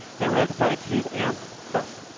and we have decided to use amp first.